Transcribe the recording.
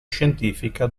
scientifica